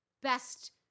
best